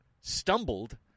stumbled